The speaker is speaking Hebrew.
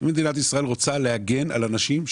אם מדינת ישראל רוצה להגן על אנשים,